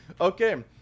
Okay